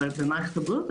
אבל במערכת הבריאות,